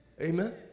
amen